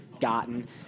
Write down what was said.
gotten